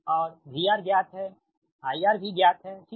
और VR ज्ञात है IR भी ज्ञात है ठीक